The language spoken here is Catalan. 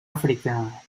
àfrica